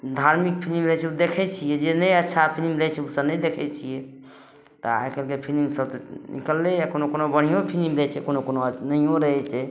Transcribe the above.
धार्मिक फिलिम रहै छै ओ देखै छियै जे नहि अच्छा फिलिम रहै छै ओ सब नहि देखै छियै तऽ आइकाल्हिके फिलिम सब तऽ निकललै यऽ कोनो कोनो बढ़ियो फिलिम रहै छै कोनो कोनो नहियो रहै छै